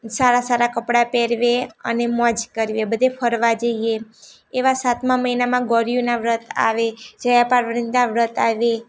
સારાં સારાં કપડાં પહેરીએ અને મોજ કરવે બધે ફરવા જઇએ એવા સાતમા મહિનામાં ગૌરીઓનાં વ્રત આવે જયાપાર્વતીનાં વ્રત આવે